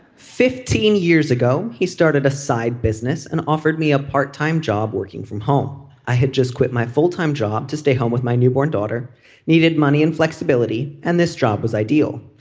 fifteen years ago he started a side business and offered me a part time job working from home. i had just quit my full time job to stay home with my newborn daughter needed money and flexibility and this job was ideal.